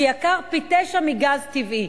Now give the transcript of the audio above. שיקר פי-תשעה מגז טבעי.